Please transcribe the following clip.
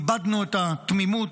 איבדנו את התמימות,